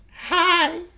Hi